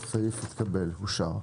הצבעה אושר.